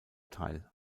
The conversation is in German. teil